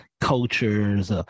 cultures